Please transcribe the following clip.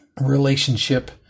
relationship